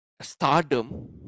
stardom